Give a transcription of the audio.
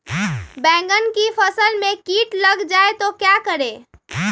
बैंगन की फसल में कीट लग जाए तो क्या करें?